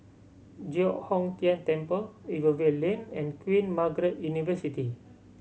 Giok Hong Tian Temple Rivervale Lane and Queen Margaret University